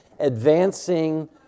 Advancing